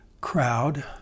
crowd